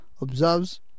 observes